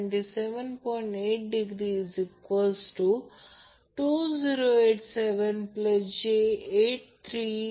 तर या प्रकरणात रियल पॉवर अबसोर्बड 1392 वॅट आहे आणि रिअॅक्टिव पॉवर 1113 var आहे